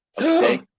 okay